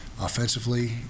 Offensively